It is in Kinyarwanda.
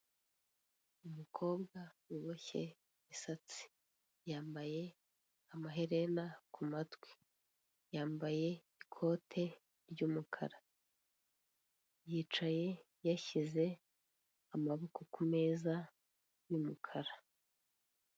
Umukobwa uboshye imisatsi yambaye amahereba ku matwi yambaye ikote ry'umukara, yicaye yashyize amaboko ku meza y'umukara.